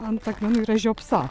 ant akmenų yra žiopsa